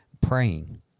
praying